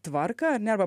tvarką ar ne arba